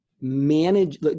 manage